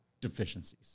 deficiencies